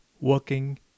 working